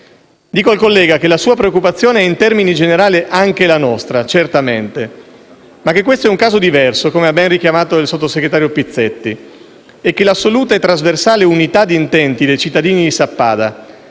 Dico al collega che la sua preoccupazione in termini generali è certamente anche la nostra, ma questo è un caso diverso, come ha ben richiamato il sottosegretario Pizzetti e che l'assoluta e trasversale unità di intenti dei cittadini di Sappada,